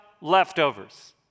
leftovers